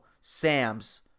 Sam's